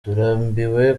turambiwe